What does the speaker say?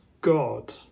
God